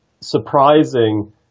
surprising